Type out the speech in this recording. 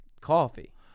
coffee